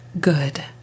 good